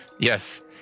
Yes